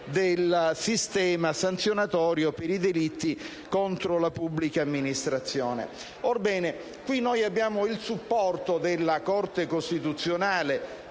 del sistema sanzionatorio per i delitti contro la pubblica amministrazione. Orbene, in questo noi abbiamo il supporto della Corte costituzionale,